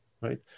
right